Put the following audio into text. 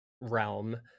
realm